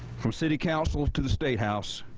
for city council to the statehouse.